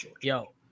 Yo